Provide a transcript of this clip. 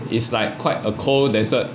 is like quite a cold desert